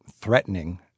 threatening